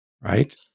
Right